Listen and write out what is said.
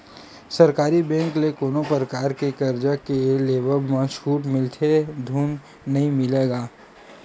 सरकारी बेंक ले कोनो परकार के करजा के लेवब म छूट मिलथे धून नइ मिलय गा?